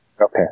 Okay